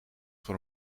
voor